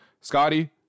Scotty